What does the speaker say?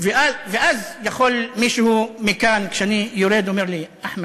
ואז יכול מישהו מכאן, כשאני יורד אומר לי: אחמד,